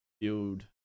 field